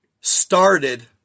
started